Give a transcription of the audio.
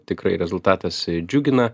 tikrai rezultatas džiugina